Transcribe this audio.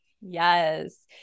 Yes